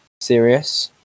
serious